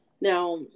Now